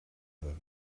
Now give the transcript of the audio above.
other